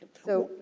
so,